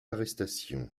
arrestations